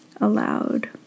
aloud